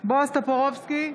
בועז טופורובסקי,